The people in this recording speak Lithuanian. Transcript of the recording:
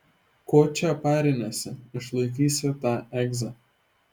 ko čia pariniesi išlaikysi tą egzą